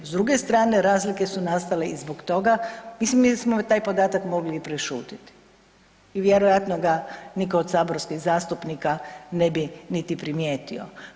S druge strane razlike su nastale i zbog toga, mislim mi smo taj podatak mogli i prešutjeti i vjerojatno ga nitko od saborskih zastupnika ne bi niti primijetio.